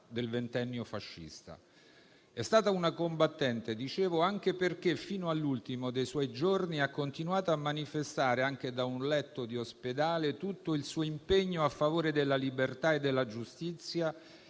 del ventennio fascista. È stata una combattente anche perché, fino all'ultimo dei suoi giorni, ha continuato a manifestare, anche da un letto d'ospedale, tutto il suo impegno a favore della libertà e della giustizia